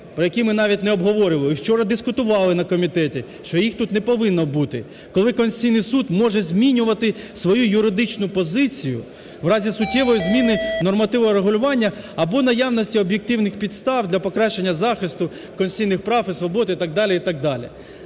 про які ми навіть не обговорювали і вчора дискутували на комітеті, що їх тут не повинно бути. Коли Конституційний Суд може змінювати свою юридичну позицію в разі суттєвої зміни нормативорегулювання або наявності об'єктивних підстав для покращення захисту конституційних прав і свобод, і так далі,